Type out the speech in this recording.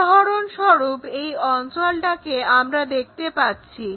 উদাহরণস্বরূপ এই অঞ্চলটাকে আমরা দেখতে পাচ্ছি